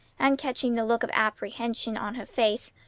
and, catching the look of apprehension on her face,